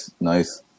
nice